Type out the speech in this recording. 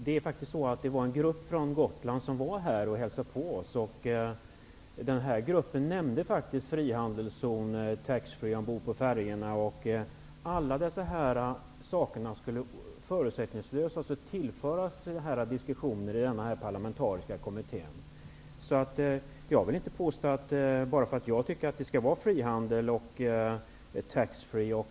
Herr talman! En grupp från Gotland var här och hälsade på, Karl-Erik Persson. Den gruppen nämnde frihandelszoner och taxfree ombord på färjorna. Alla dessa saker borde förutsättningslöst tillföras diskussionen i den parlamentariska kommittén. Jag tycker att det skall finnas frihandelszoner och taxfree.